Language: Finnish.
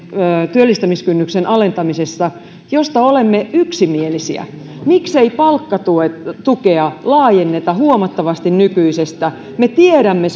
työllistämiskynnyksen alentamisessa sellaisia keinoja joista olemme yksimielisiä miksei palkkatukea laajenneta huomattavasti nykyisestä me tiedämme